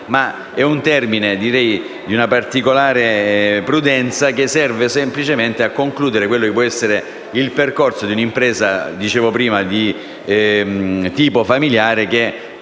di un termine di una particolare prudenza, che serve semplicemente a portare a conclusione il percorso di un'impresa di tipo familiare,